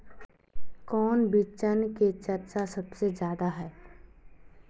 कौन बिचन के चर्चा सबसे ज्यादा है?